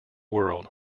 world